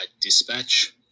Dispatch